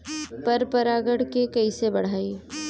पर परा गण के कईसे बढ़ाई?